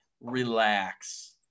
relax